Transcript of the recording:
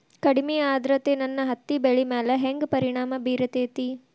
ಕಡಮಿ ಆದ್ರತೆ ನನ್ನ ಹತ್ತಿ ಬೆಳಿ ಮ್ಯಾಲ್ ಹೆಂಗ್ ಪರಿಣಾಮ ಬಿರತೇತಿ?